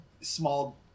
small